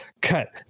cut